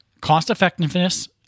cost-effectiveness